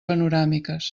panoràmiques